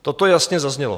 Toto jasně zaznělo.